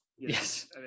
yes